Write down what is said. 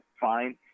fine